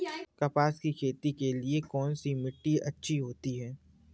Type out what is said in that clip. कपास की खेती के लिए कौन सी मिट्टी अच्छी होती है?